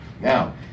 Now